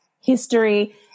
history